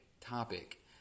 topic